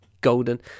golden